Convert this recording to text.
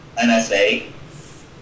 NSA